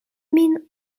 min